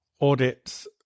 audits